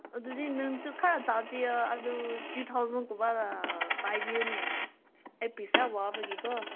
ꯑꯗꯨꯗꯤ ꯅꯪꯁꯨ ꯈꯔ ꯇꯥꯕꯤꯌꯣ ꯑꯗꯨ ꯇꯨ ꯊꯥꯎꯖꯟꯒꯨꯝꯕ ꯄꯥꯏꯕꯤꯎꯅꯦ ꯑꯩ ꯄꯩꯁꯥ ꯋꯥꯕꯒꯤ ꯀꯣ